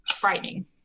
frightening